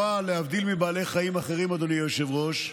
להבדיל מבעלי חיים אחרים, אדוני היושב-ראש,